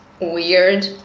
weird